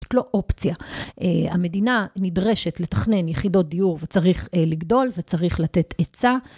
זאת לא אופציה. המדינה נדרשת לתכנן יחידות דיור וצריך לגדול וצריך לתת עצה.